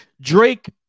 Drake